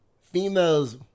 Females